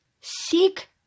seek